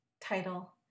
title